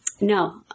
No